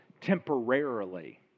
temporarily